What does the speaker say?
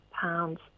pounds